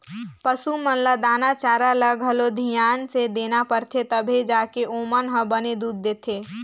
पसू मन ल दाना चारा ल घलो धियान से देना परथे तभे जाके ओमन ह बने दूद देथे